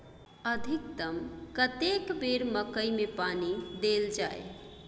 अधिकतम कतेक बेर मकई मे पानी देल जाय?